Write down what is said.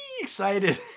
excited